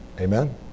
Amen